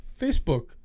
Facebook